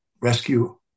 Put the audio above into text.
rescue